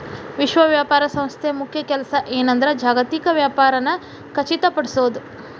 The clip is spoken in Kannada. ವಿಶ್ವ ವ್ಯಾಪಾರ ಸಂಸ್ಥೆ ಮುಖ್ಯ ಕೆಲ್ಸ ಏನಂದ್ರ ಜಾಗತಿಕ ವ್ಯಾಪಾರನ ಖಚಿತಪಡಿಸೋದ್